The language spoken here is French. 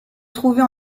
trouvait